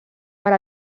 per